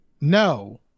No